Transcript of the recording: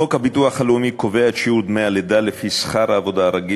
חוק הביטוח הלאומי קובע את שיעור דמי הלידה לפי שכר העבודה הרגיל